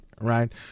right